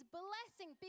blessing